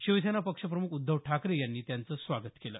शिवसेना पक्षप्रमुख उद्धव ठाकरे यांनी त्यांच स्वागत केलं